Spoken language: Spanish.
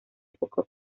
poco